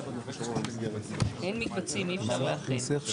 אי אפשר להכין.